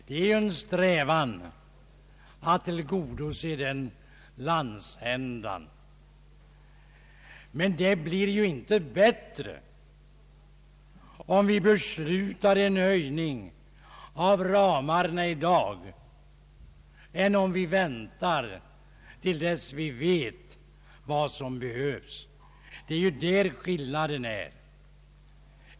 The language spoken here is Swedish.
Vi har en strävan att tillgodose den landsändan, men förhållandena blir inte bättre om vi i dag beslutar en ökning av ramarna än om vi väntar till dess vi vet vad som behövs. Det är på den punkten vi har skilda uppfattningar.